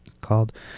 called